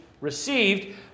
received